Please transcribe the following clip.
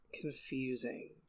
confusing